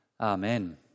Amen